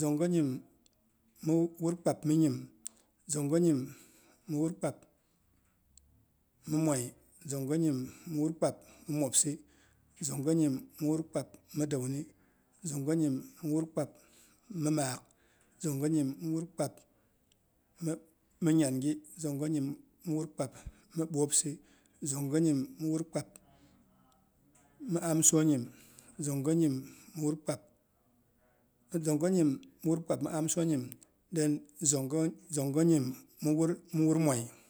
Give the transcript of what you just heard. zongo nyim mi wur kpap mi nyim, zongo nyim mi wur kpap mi kpab, zongo nyim mi wur kpap mi mwoi, zongo nyim mi wur kpap mi mwobsi, zongo nyim mi wur kpap mi dauni, zongo nyim mi wur kpap mi maak, zongo nyim mi wur kpap mi nyangi, zongo nyim mi wur kpap mi bwopsi, zongo nyim mi wur kpap mi amsonyim, zongo nyim mi wur kpap, zongo nyim mi kpap mi amsonyim then, zongo nyim mi wur mwoi.